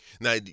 Now